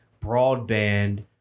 broadband